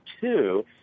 two